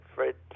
Fred